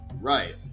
Right